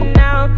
now